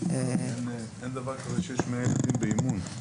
אין דבר כזה שיש 100 ילדים באימון.